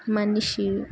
మనిషి